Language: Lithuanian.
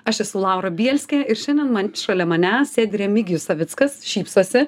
aš esu laura bielskė ir šiandien man šalia manęs sėdi remigijus savickas šypsosi